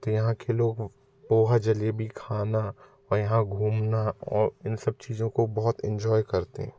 तो यहाँ के लोग पोहा जलेबी खाना और यहाँ घूमना और इन सब चीज़ों को बहुत इन्जॉय करते हैं